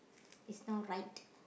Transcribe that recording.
it's not right